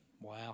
Wow